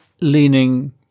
leaning